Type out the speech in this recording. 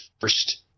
first